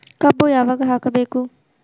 ಕಬ್ಬು ಯಾವಾಗ ಹಾಕಬೇಕು?